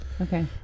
Okay